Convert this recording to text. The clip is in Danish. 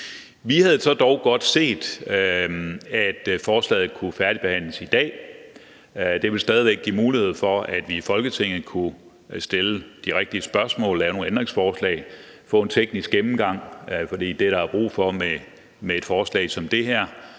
Vi havde så dog godt set, at forslaget kunne færdigbehandles i dag, for det ville stadig væk give mulighed for, at vi i Folketinget kunne stille de rigtige spørgsmål, lave nogle ændringsforslag, få en teknisk gennemgang, for det er der brug for med et forslag som det her,